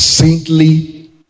saintly